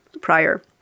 prior